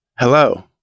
Hello